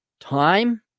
Time